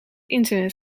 internet